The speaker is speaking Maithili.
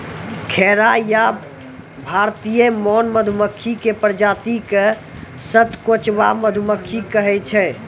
खैरा या भारतीय मौन मधुमक्खी के प्रजाति क सतकोचवा मधुमक्खी कहै छै